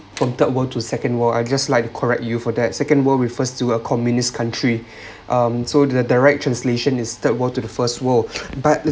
from third world to second world I just like correct you for that second world refers to a communist country um so the direct translation is third world to the first world but